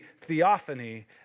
theophany